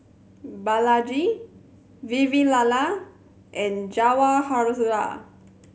Balaji Vavilala and Jawaharlal